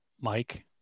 Mike